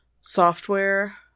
software